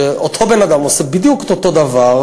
שאותו בן-אדם עושה בדיוק את אותו דבר,